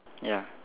ya